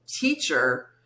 teacher